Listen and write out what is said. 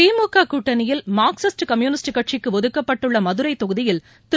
திமுக கூட்டணியில் Marxist communist கட்சிக்கு ஒதுக்கப்பட்டுள்ள மதுரை தொகுதியில் திரு